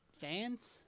fans